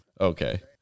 okay